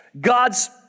God's